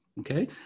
Okay